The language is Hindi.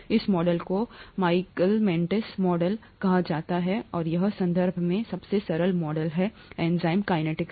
इस मॉडल को माइकलिस मेंटेन मॉडल कहा जाता है और यह संदर्भ में सबसे सरल मॉडल है एंजाइम कैनेटीक्स